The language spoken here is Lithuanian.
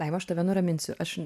daiva aš tave nuraminsiu aš